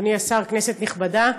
אדוני השר, כנסת נכבדה,